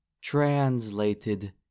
Translated